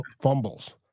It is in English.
fumbles